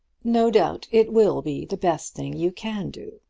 no doubt it will be the best thing you can do,